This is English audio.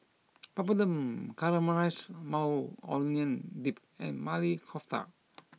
Papadum Caramelized Maui Onion Dip and Maili Kofta